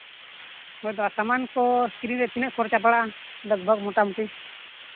ᱥᱟᱢᱟᱱ ᱠᱚ ᱠᱤᱨᱤᱧ ᱨᱮ ᱛᱤᱱᱟᱹᱜ ᱠᱷᱚᱨᱪᱟ ᱯᱟᱲᱟᱜᱼᱟ ᱞᱟᱜᱽᱼᱵᱷᱟᱜᱽ ᱢᱳᱴᱟᱢᱩᱴᱤ